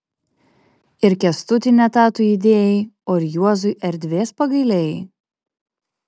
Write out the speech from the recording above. ir kęstutį ne tą tu įdėjai o ir juozui erdvės pagailėjai